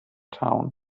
town